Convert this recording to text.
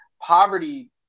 poverty